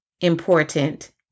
important